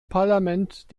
parlament